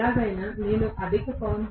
ఎలాగైనా నేను అధిక పౌనః